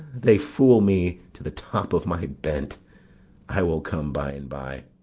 they fool me to the top of my bent i will come by and by.